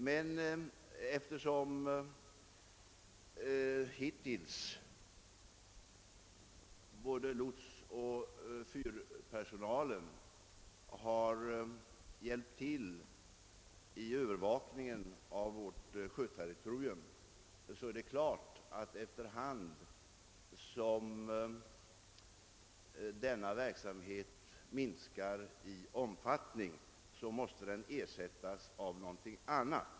Men eftersom både lotsoch fyrpersonalen hittills har hjälpt till vid övervakningen av vårt sjöterritorium, så är det klart att denna verksamhet efter hand som den minskar i omfattning måste ersättas av någonting annat.